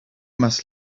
must